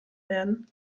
werden